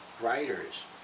writers